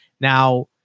Now